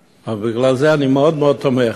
בגלל זה אני מאוד מאוד תומך.